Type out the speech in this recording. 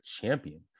champion